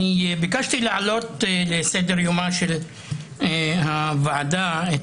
ביקשתי להעלות לסדר-יומה של הוועדה את